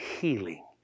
healing